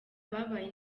babaye